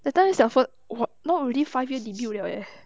that time 小生 !whoa! now already five year debut 了 eh